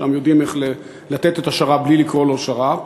שם יודעים איך לתת את השר"פ בלי לקרוא לו שר"פ.